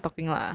okay lah